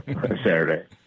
Saturday